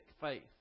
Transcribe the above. faith